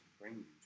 bring